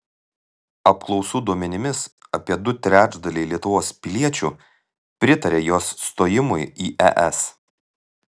apklausų duomenimis apie du trečdaliai lietuvos piliečių pritaria jos stojimui į es